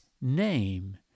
name